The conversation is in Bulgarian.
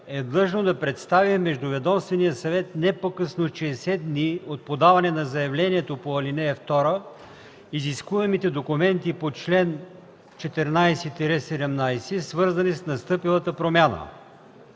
е длъжно да представи в междуведомствения съвет не по-късно от 60 дни от подаване на заявлението по ал. 2 изискуемите документи по чл. 14-17, свързани с настъпилата промяна.